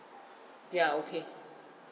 yeah okay